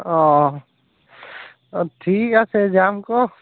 অ অ' ঠিক আছে যাম আকৌ